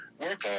work